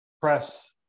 press